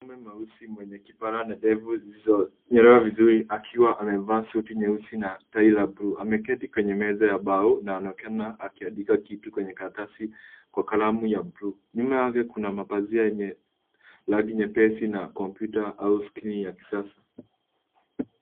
Mume mweusi mwenye kipara na ndevu zilizo nyolewa vizuri akiwa amevaa suti nyeusi na tai la bluu. Ameketi kwenye meza ya mbao na anaonekana akiandika kitu kwenye karatasi kwa kalamu ya bluu. Nyuma yake kuna mapazia yenye rangi nyepesi na kompyuta homescreen ya kisasa.